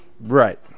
right